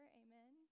amen